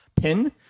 pin